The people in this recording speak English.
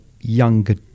younger